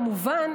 כמובן,